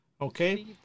okay